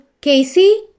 Casey